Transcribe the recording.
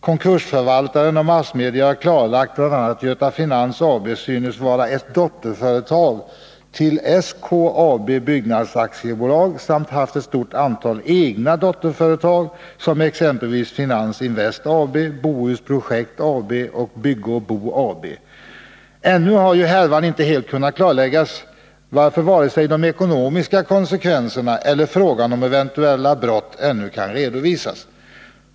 Konkursförvaltaren och massmedia har klarlagt bl.a. att Göta Finans AB synes vara ett dotterföretag till S.K.A.B. Byggnadsaktiebolag samt att företaget haft ett stort antal egna dotterföretag, exempelvis Finans-Invest AB, Bohus-projekt AB och Bygge och Bo i Göteborg AB. Ännu har härvan inte helt kunnat klarläggas varför än så länge varken de ekonomiska konsekvenserna eller frågan om eventuella brott kan redovisas.